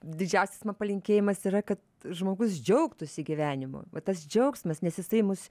didžiausias man palinkėjimas yra kad žmogus džiaugtųsi gyvenimu va tas džiaugsmas nes jisai mus